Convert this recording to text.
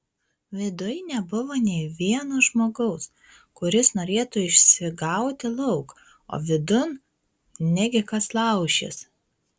viduj nebuvo nė vieno žmogaus kuris norėtų išsigauti lauk o vidun negi kas laušis